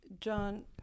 John